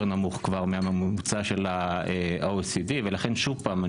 נמוך כבר מהממוצע של ה-OECD ולכן שוב פעם,